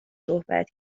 صحبت